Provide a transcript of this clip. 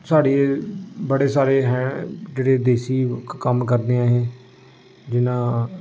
साढ़े बड़े सारे अस जेह्ड़े देसी कम्म करने अस जिन्नां